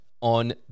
on